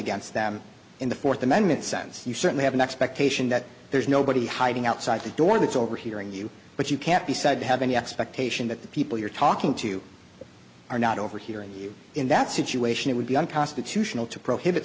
against them in the fourth amendment sense you certainly have an expectation that there's nobody hiding outside the door that's overhearing you but you can't be said to have any expectation that the people you're talking to are not overhearing you in that situation it would be unconstitutional to prohibit